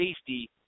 safety